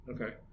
Okay